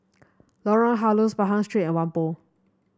Lorong Halus Pahang Street and Whampoa